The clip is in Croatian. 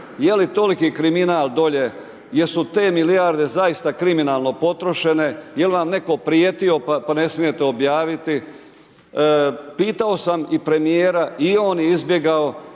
je li toliki kriminal dolje, jesu te milijarde zaista kriminalno potrošene, jel vam netko prijetio, pa ne smijete objaviti. Pitao sam i premijera i on je izbjegao.